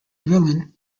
villain